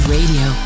Radio